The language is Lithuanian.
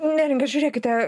neringa žiūrėkite